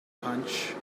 punch